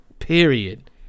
period